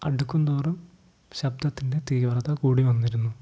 അടുക്കുന്തോറും ശബ്ദത്തിൻ്റെ തീവ്രത കൂടി വന്നിരുന്നു